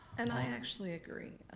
and i actually agree,